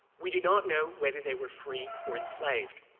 we do not know whether they were free or enslaved.